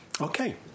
Okay